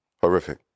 Horrific